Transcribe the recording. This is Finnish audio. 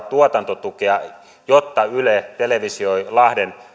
tuotantotukea jotta yle televisioi lahden